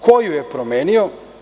Ko ju je promenio?